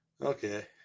Okay